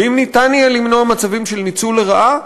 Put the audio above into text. ואם יהיה אפשרי למנוע מצבים של ניצול לרעה,